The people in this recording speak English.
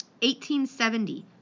1870